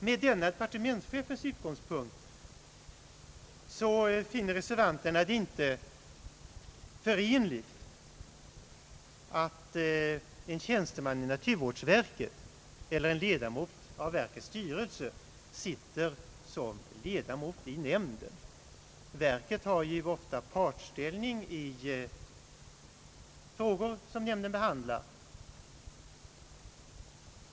Med departementschefens uttalande finner reservanterna det inte förenligt att en tjänsteman i naturvårdsverket eller en ledamot av verkets styrelse sitter som ledamot i nämnden. Verket har ju ofta partsställning i frågor som nämnden behandlar.